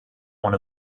one